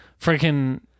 freaking